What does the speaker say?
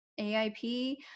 aip